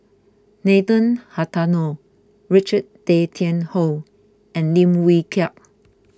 Nathan Richard Tay Tian Hoe and Lim Wee Kiak